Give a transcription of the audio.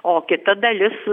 o kita dalis